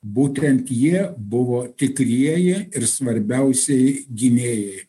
būtent jie buvo tikrieji ir svarbiausiai gynėjai